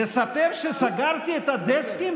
לספר שסגרתי את הדסקים